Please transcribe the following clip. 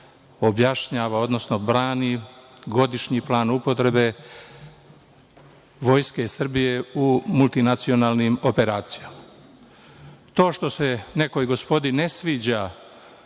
objašnjava, odnosno brani godišnji plan upotrebe Vojske Srbije u multinacionalnim operacijama. To što se nekoj gospodi ne sviđa